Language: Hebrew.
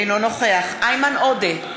אינו נוכח איימן עודה,